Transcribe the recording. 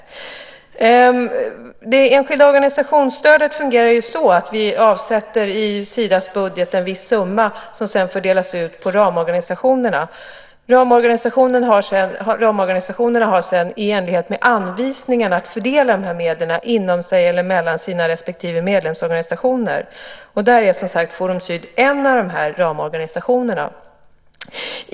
Stödet till enskilda organisationer fungerar så att vi i Sidas budget avsätter en viss summa som sedan fördelas på ramorganisationerna. Ramorganisationerna har sedan, i enlighet med anvisningarna, att fördela de här medlen inom sig eller mellan sina respektive medlemsorganisationer. Där är, som sagt, Forum Syd en av ramorganisationerna.